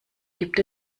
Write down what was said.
gibt